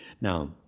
Now